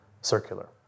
circular